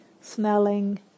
smelling